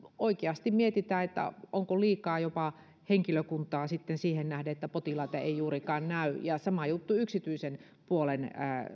oikeasti mietitään onko jopa liikaa henkilökuntaa sitten siihen nähden että potilaita ei juurikaan näy ja sama juttu yksityisen puolen